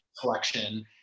collection